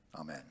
Amen